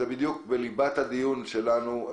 הן בדיוק בליבת הדיון שלנו,